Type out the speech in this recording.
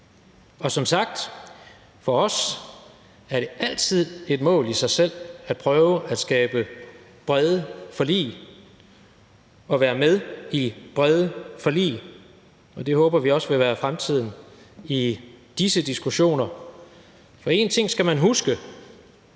Som sagt er det for os altid et mål i sig selv at prøve at skabe brede forlig og være med i brede forlig, og det håber vi også vil være fremtiden i disse diskussioner. For én ting skal man huske,